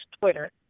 Twitter